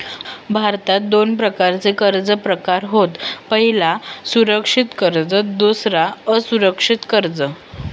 भारतात दोन प्रकारचे कर्ज प्रकार होत पह्यला सुरक्षित कर्ज दुसरा असुरक्षित कर्ज